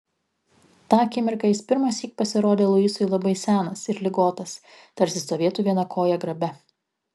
tą akimirką jis pirmąsyk pasirodė luisui labai senas ir ligotas tarsi stovėtų viena koja grabe